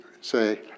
say